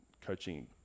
coaching